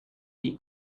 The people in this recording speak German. die